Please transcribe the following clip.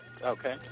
Okay